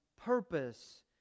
Purpose